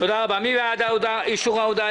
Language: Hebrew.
מי בעד אישור ההודעה?